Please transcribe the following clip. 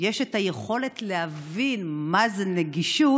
יש את היכולת להבין מה זה נגישות,